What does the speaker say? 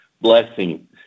blessing